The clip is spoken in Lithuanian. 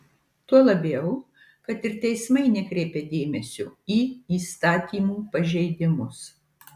tuo labiau kad ir teismai nekreipia dėmesio į įstatymų pažeidimus